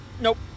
Nope